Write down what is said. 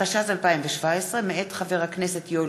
התשע"ז 2017, מאת חבר הכנסת מיקי לוי,